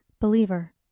believer